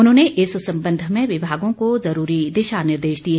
उन्होंने इस संबंध में विभागों को जरूरी दिशा निर्देश दिए